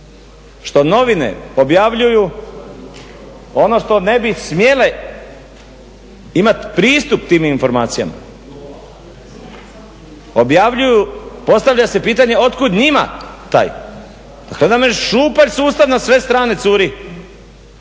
što novine objavljuju ono što ne bi smjele imati pristup tim informacijama, objavljuju, postavlja se pitanje otkud njima taj, kad nam je šupalj sustav na sve strane curi.